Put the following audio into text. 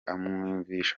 amwumvisha